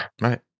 Right